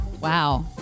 Wow